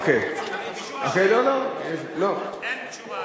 אין תשובה.